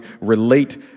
relate